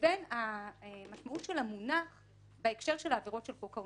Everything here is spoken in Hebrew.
לבין המשמעות של המונח בהקשר של העבירות של חוק העונשין.